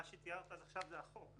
מה שתיארת עד עכשיו זה החוק.